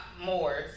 more